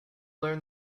learn